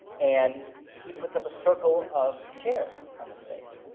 and he puts up a circle of chairs on the stage.